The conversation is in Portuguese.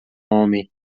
homem